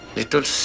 little